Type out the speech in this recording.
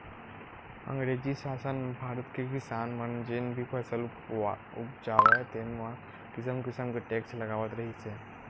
अंगरेजी सासन म भारत के किसान मन जेन भी फसल उपजावय तेन म किसम किसम के टेक्स लगावत रिहिस हे